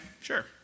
Sure